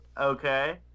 okay